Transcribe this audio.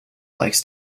likes